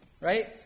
right